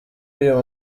y’uyu